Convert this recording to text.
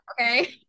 Okay